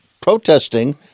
protesting